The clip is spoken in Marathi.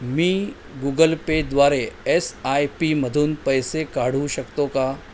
मी गुगल पेद्वारे एस आय पीमधून पैसे काढू शकतो का